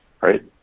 right